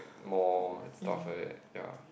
more and stuff like that ya